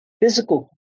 physical